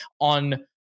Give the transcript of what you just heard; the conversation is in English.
on